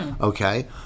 okay